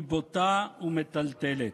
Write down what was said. היא בוטה ומטלטלת.